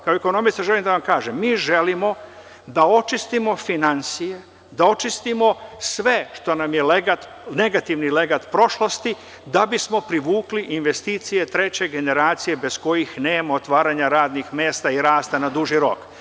Kao ekonomista želim da vam kažem da mi želimo da očistimo finansije, da očistimo sve što nam je negativni legat prošlosti, da bismo privukli investicije treće generacije, bez kojih nema otvaranja radnih mesta i rasta na duži rok.